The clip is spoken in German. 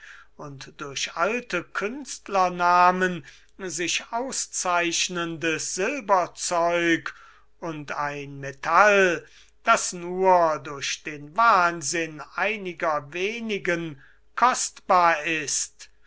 und durch alte künstlernamen sich auszeichnendes silberzeug und ein metall das durch den wahnsinn einiger wenigen kostbar ist